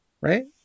right